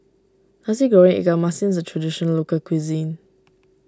Nasi Goreng Ikan Masin is a Traditional Local Cuisine